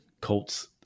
Colts